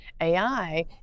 AI